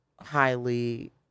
highly